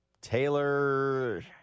Taylor